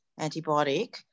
antibiotic